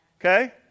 Okay